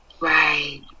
Right